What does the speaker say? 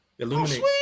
Illuminate